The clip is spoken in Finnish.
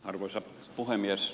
arvoisa puhemies